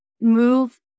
move